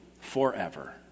forever